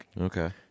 Okay